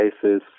cases